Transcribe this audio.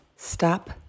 Stop